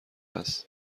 است